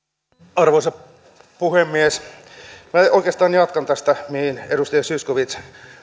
arvoisa puhemies minä oikeastaan jatkan tästä mihin edustaja zyskowicz